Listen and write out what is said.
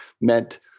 meant